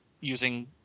using